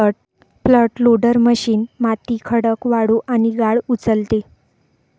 front loader machine माती, खडक, वाळू आणि गाळ उचलते